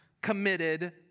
committed